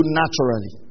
naturally